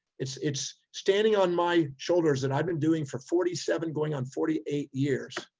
it's, it's standing on my shoulders that i've been doing for forty seven going on forty eight years,